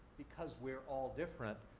because we're all different,